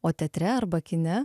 o teatre arba kine